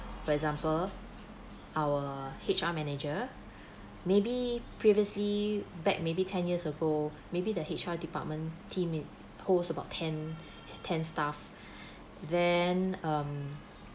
for example our H_R manager maybe previously back maybe ten years ago maybe the H_R department team it holds about ten ten staff then um